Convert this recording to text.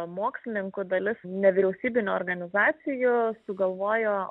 mokslininkų dalis nevyriausybinių organizacijų sugalvojo